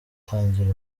tangira